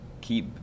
keep